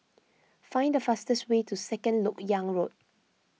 find the fastest way to Second Lok Yang Road